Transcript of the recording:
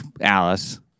Alice